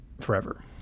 forever